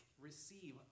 receive